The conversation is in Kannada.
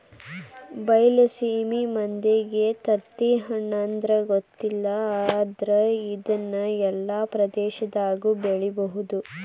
ಬೈಲಸೇಮಿ ಮಂದಿಗೆ ತತ್ತಿಹಣ್ಣು ಅಂದ್ರ ಗೊತ್ತಿಲ್ಲ ಆದ್ರ ಇದ್ನಾ ಎಲ್ಲಾ ಪ್ರದೇಶದಾಗು ಬೆಳಿಬಹುದ